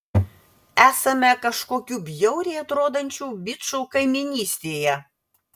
esame kažkokių bjauriai atrodančių bičų kaimynystėje